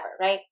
right